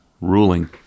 ruling